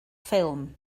ffilm